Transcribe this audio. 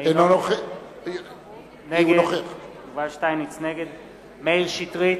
נגד מאיר שטרית,